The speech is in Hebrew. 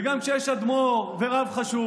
וגם כשיש אדמו"ר ורב חשוב,